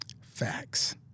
Facts